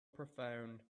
profound